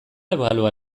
ebalua